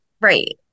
Right